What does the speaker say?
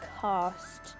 cast